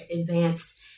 advanced